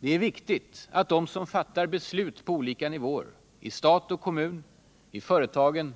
Det är viktigt att beslutsfattare på alla nivåer — i stat och kommun, i företagen,